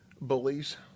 Bullies